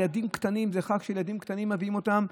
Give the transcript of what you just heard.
ילדים קטנים, זה חג שבו מביאים ילדים קטנים.